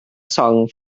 song